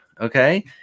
okay